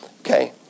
Okay